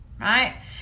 right